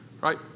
Right